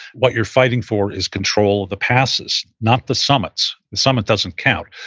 what you're fighting for is control of the passes, not the summits. the summit doesn't count.